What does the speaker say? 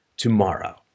tomorrow